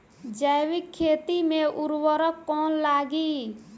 जैविक खेती मे उर्वरक कौन लागी?